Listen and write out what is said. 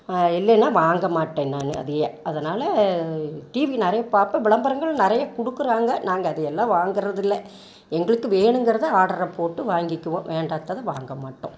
இல்லைனா வாங்கமாட்டேன் நானு அதேயே அதனால் டிவி நிறைய பார்ப்பேன் விளம்பரங்கள் நிறைய கொடுக்குறாங்க நாங்கள் அது எல்லாம் வாங்கிறதில்ல எங்களுக்கு வேணுங்கிறத ஆர்டரை போட்டு வாங்கிக்குவோம் வேண்டாததை வாங்க மாட்டோம்